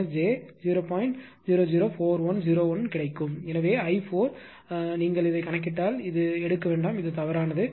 004101 கிடைக்கும் எனவே i 4 நீங்கள் இதை கணக்கிட்டால் இது எடுக்க வேண்டாம் இது இது தவறானது